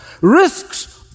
risks